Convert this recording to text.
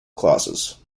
clauses